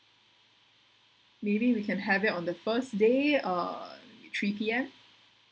maybe we can have it on the first day err three P_M